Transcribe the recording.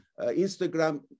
Instagram